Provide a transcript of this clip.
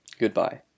Goodbye